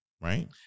Right